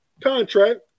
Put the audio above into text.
contract